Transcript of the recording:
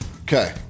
Okay